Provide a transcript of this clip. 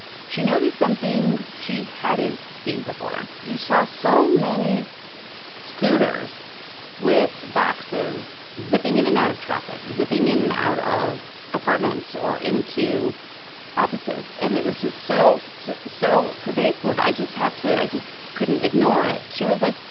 she noticed something she hadn't seen before you saw so many scooters with boxes zipping in and out of traffic, zipping in and out of apartments or into offices. and it was just so, so so pervasive i just had to i just couldn't ignore it she was like,